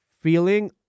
feeling